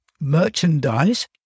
merchandise